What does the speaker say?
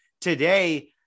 today